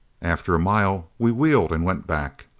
after a mile we wheeled and went back.